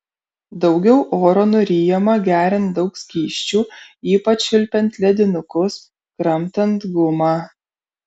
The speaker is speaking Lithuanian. daugiau oro nuryjama geriant daug skysčių ypač čiulpiant ledinukus kramtant gumą